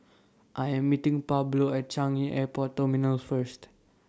I Am meeting Pablo At Changi Airport Terminal First